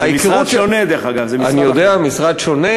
זה משרד שונה, דרך אגב, זה משרד אחר.